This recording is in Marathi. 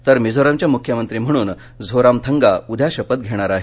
तर मिझोरमचे मुख्यमंत्री म्हणून झोरामथंगा उद्या शपथ घेणार आहेत